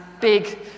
big